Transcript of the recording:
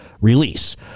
release